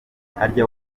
harya